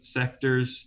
sectors